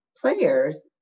players